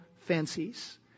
fancies